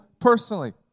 personally